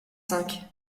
cinq